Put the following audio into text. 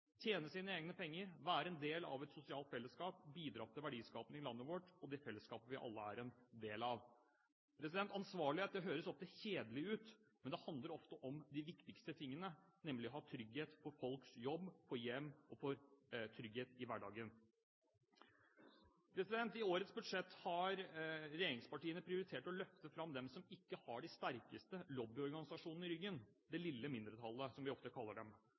tjene sine egne penger, være en del av et sosialt fellesskap, bidra til verdiskaping i landet vårt og det fellesskapet vi alle er en del av. Ansvarlighet høres ofte kjedelig ut. Men det handler ofte om de viktigste tingene, nemlig å ha trygghet for folks jobb og hjem – og trygghet i hverdagen. I årets budsjett har regjeringspartiene prioritert å løfte fram dem som ikke har de sterkeste lobbyorganisasjonene i ryggen, det lille mindretallet, som vi ofte